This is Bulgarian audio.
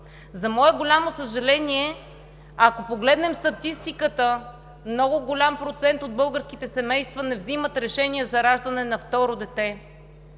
За мое голямо съжаление, ако погледнем статистиката, много голям процент от българските семейства не взимат решение за раждане на второ дете.